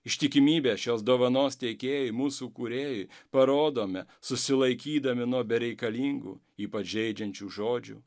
ištikimybę šios dovanos tiekėjui mūsų kūrėjui parodome susilaikydami nuo bereikalingų ypač žeidžiančių žodžių